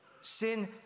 Sin